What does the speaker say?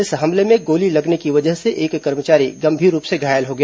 इस हमले में गोली लगने की वजह से एक कर्मचारी गंभीर रूप से घायल हो गया